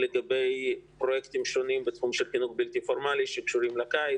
לגבי פרויקטים שונים בתחום של חינוך בלתי פורמלי שקשורים לקיץ.